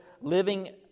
living